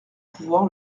pouvoir